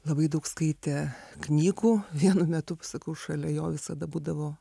labai daug skaitė knygų vienu metu sakau šalia jo visada būdavo